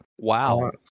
wow